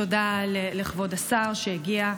תודה לכבוד השר שהגיע.